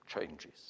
changes